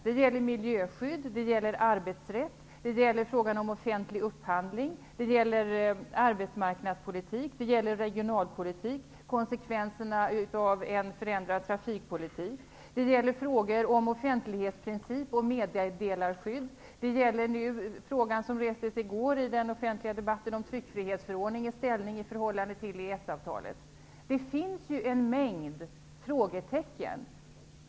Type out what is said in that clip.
Det gäller miljöskydd, arbetsrätt, frågan om offentlig upphandling, arbetsmarknadspolitik, regionalpolitik, konsekvenserna av en förändrad trafikpolitik, frågor om offentlighetsprincip och meddelarskydd och den fråga, som restes i går i den offentliga debatten, om tryckfrihetsförordningens ställning i förhållande till EES-avtalet. Det finns en mängd frågetecken.